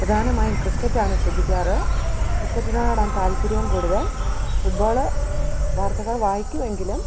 പ്രധാനമായും ക്രിക്കറ്റാണ് ശ്രദ്ധിക്കാറുള്ളത് ക്രിക്കറ്റിനോടാണ് താല്പര്യവും കൂടുതൽ ഫുട്ബോള് വാർത്തകൾ വായിക്കുമെങ്കിലും